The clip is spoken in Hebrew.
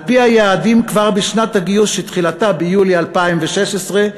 על-פי היעדים, כבר בשנת הגיוס שתחילה ביולי 2016,